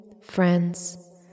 friends